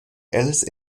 alice